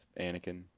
Anakin